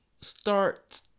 start